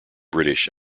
british